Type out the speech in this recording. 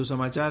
વધુ સમાચાર